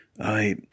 I